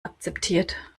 akzeptiert